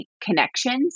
connections